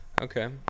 Okay